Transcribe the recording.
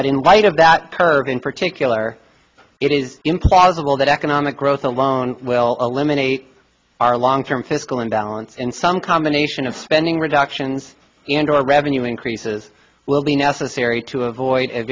but in light of that curve in particular it is implausible that economic growth alone will eliminate our long term fiscal imbalance and some combination of spending reductions and or revenue increases will be necessary to avoid